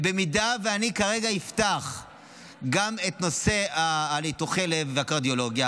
אם אני כרגע אפתח גם את נושא ניתוחי הלב והקרדיולוגיה,